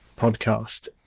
podcast